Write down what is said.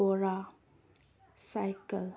ꯕꯣꯔꯥ ꯁꯥꯏꯀꯜ